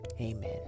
Amen